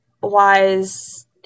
wise